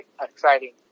exciting